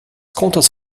contas